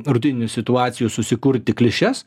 rutininių situacijų susikurti klišes